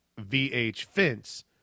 VHFence